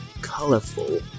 colorful